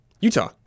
Utah